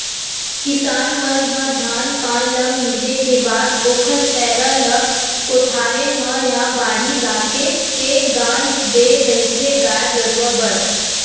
किसान मन ह धान पान ल मिंजे के बाद ओखर पेरा ल कोठारे म या बाड़ी लाके के गांज देय रहिथे गाय गरुवा बर